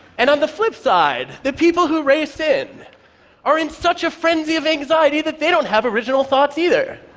and on the flip side, the people who race in are in such a frenzy of anxiety that they don't have original thoughts either.